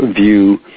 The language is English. view